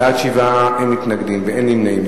בעד, 7, אין מתנגדים ואין נמנעים.